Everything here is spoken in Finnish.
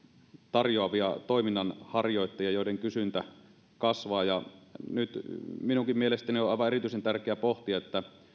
tarjoavia toiminnanharjoittajia joiden palvelujen kysyntä kasvaa nyt minunkin mielestäni on aivan erityisen tärkeää pohtia